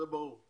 זה ברור.